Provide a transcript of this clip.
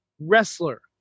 wrestler